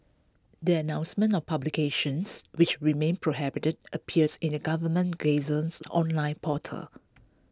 the announcement of publications which remain prohibited appears in the government Gazette's online portal